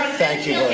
thank you